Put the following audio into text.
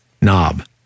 knob